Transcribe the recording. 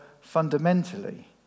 fundamentally